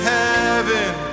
heaven